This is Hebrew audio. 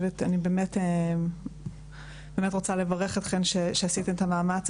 אני באמת רוצה לברך אתכן שעשיתן את המאמץ.